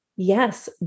Yes